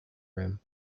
room